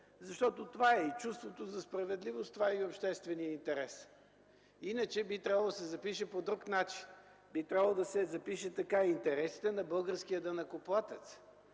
Защото това е и чувството за справедливост, това е и общественият интерес. Иначе би трябвало да се запише по друг начин: „Интересите на българския данъкоплатец”.